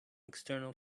external